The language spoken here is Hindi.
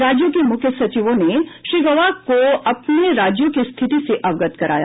राज्यों के मुख्य सचिवों ने श्री गौबा को अपने राज्यों की स्थिति से अवगत कराया